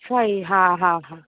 अच्छा ई हा हा